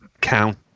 count